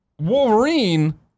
Wolverine